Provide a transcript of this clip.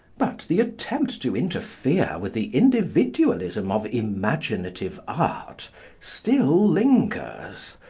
but the attempt to interfere with the individualism of imaginative art still lingers.